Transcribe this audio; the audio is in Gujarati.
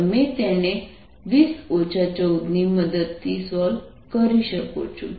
તમે તેને 20 14 ની મદદથી સોલ્વ શકો છો